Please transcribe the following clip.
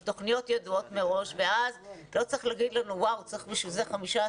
על תוכניות ידועות מראש ואז לא צריך לומר לנו שבשביל זה צריך חמישה